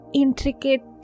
intricate